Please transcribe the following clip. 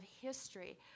history